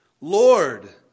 Lord